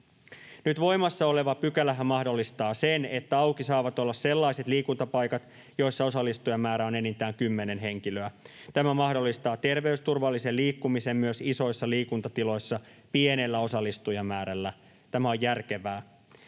Nyt voimassa oleva pykälähän mahdollistaa sen, että auki saavat olla sellaiset liikuntapaikat, joissa osallistujamäärä on enintään kymmenen henkilöä. Tämä mahdollistaa terveysturvallisen liikkumisen myös isoissa liikuntatiloissa pienellä osallistujamäärällä. Tämä on järkevää.